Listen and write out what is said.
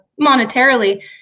monetarily